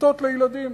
כיתות לילדים.